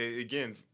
again